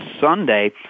Sunday